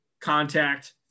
contact